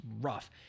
rough